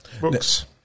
Books